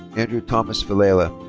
andrew thomas vellela.